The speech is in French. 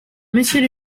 monsieur